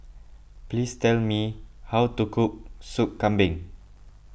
please tell me how to cook Sop Kambing